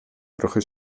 trochę